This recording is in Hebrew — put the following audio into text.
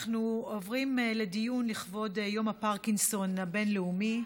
אנחנו עוברים ליום הפרקינסון הבין-לאומי.